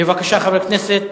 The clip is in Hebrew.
בבקשה, חבר הכנסת